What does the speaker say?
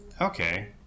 Okay